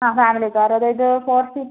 ആ family car അതായത് four seat